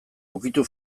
ukitu